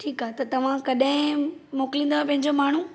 ठीक आहे त तव्हां कॾहिं मोकिलिंदा पंहिंजो माण्हू